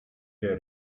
der